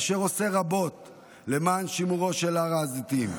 אשר עושה רבות למען שימורו של הר הזיתים,